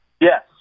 Yes